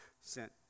sent